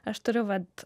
aš turiu vat